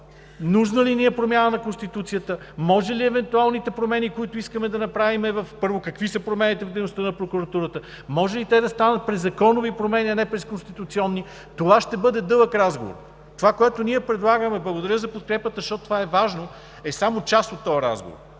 нужна ли ни е промяна на Конституцията, може ли евентуалните промени, които искаме да направим, първо, какви са промените в дейността на прокуратурата, може ли те да станат през законови промени, а не през конституционни? Това ще бъде дълъг разговор. Това, което ние предлагаме – благодаря за подкрепата, защото това е важно, е само част от този разговор.